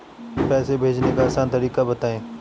पैसे भेजने का आसान तरीका बताए?